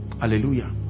Hallelujah